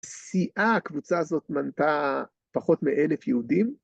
‫בשיאה הקבוצה הזאת ‫מנתה פחות מ-1,000 יהודים